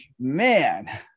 man